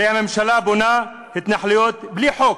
הרי הממשלה בונה התנחלויות בלי חוק,